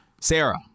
Sarah